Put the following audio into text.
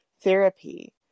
therapy